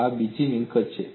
આ બીજી મિલકત છે